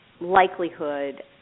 likelihood